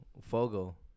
Fogo